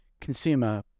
consumer